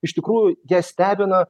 iš tikrųjų ją stebina